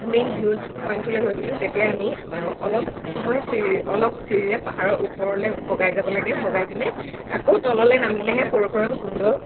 main view পইণ্টটোলৈ গৈছিলোঁ তেতিয়া আমি অলপ সময় চিৰি অলপ চিৰিৰে পাহাৰৰ ওপৰলৈ বগাই যাব লাগে বগাই পিনে আকৌ তললৈ নামিলেহে পৰশুৰাম কুণ্ড